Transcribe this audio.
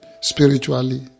spiritually